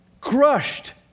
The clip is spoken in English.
crushed